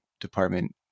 Department